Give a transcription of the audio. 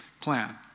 plan